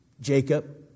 Jacob